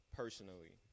personally